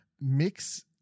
mix